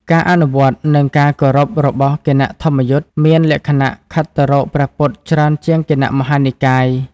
ការអនុវត្ត និងការគោរពរបស់គណៈធម្មយុត្តិមានលក្ខណៈខិតទៅរកព្រះពុទ្ធច្រើនជាងគណៈមហានិកាយ។